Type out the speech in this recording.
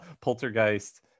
poltergeist